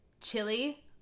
chili